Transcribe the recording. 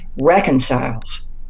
reconciles